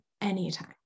anytime